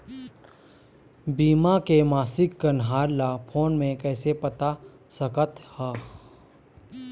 बीमा के मासिक कन्हार ला फ़ोन मे कइसे पता सकत ह?